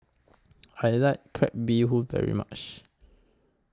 I like Crab Bee Hoon very much